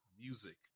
music